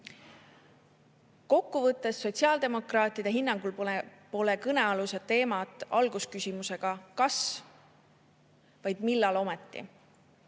sotsiaaldemokraatide hinnangul pole kõnealused teemad algusküsimusega "kas", vaid "millal ometi".